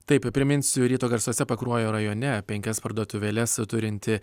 taip priminsiu ryto garsuose pakruojo rajone penkias parduotuvėles turinti